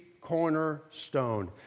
cornerstone